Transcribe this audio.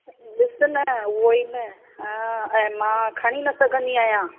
डि॒सु न उहोई न ऐं मां खणी न सघंदी आहियां